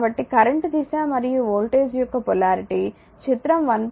కాబట్టి కరెంట్ దిశ మరియు వోల్టేజ్ యొక్క పొలారిటీ చిత్రం 1